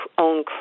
own